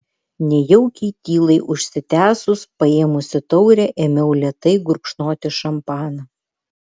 nejaukiai tylai užsitęsus paėmusi taurę ėmiau lėtai gurkšnoti šampaną